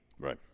Right